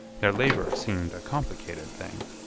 their labor seemed a complicated thing.